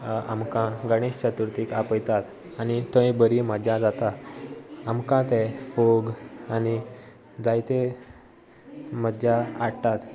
आमकां गणेश चतुर्थीक आपयतात आनी थंय बरी मज्जा जाता आमकां ते फोग आनी जायते मज्जा हाडटात